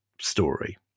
story